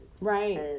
Right